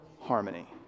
harmony